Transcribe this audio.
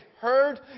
heard